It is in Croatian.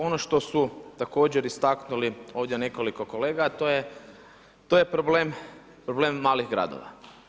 Ono što su također istaknuli ovdje nekoliko kolega, a to je problem malih gradova.